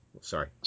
Sorry